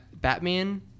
Batman